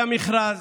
היה מכרז